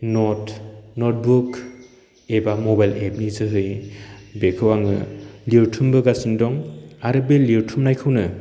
नट notebook एबा mobile app नि जोहै बेखौ आङो लिरथुमबोगासिनो दं आरो बे लिरथुमनायखौनो